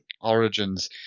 Origins